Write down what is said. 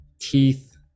teeth